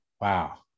Wow